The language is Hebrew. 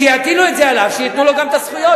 שיטילו את זה עליו, שייתנו לו גם את הזכויות.